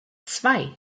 zwei